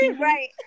Right